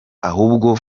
ahubwo